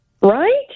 Right